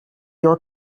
your